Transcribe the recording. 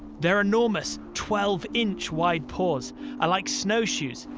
their enormous twelve inch white paws are like snowshoes,